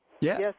Yes